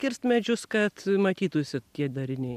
kirst medžius kad matytųsi tie dariniai